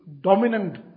dominant